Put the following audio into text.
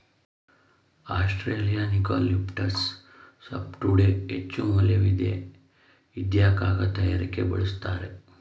Australian eucalyptus ಸಾಫ್ಟ್ವುಡ್ಗೆ ಹೆಚ್ಚುಮೌಲ್ಯವಿದೆ ಇದ್ನ ಕಾಗದ ತಯಾರಿಕೆಗೆ ಬಲುಸ್ತರೆ